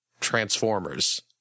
transformers